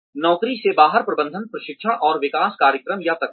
नौकरी से बाहर प्रबंधन प्रशिक्षण और विकास कार्यक्रम या तकनीक